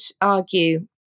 argue